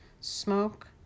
smoke